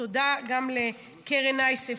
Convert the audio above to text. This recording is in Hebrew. תודה גם לקרן אייסף,